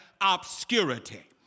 obscurity